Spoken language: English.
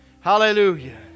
Hallelujah